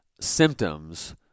symptoms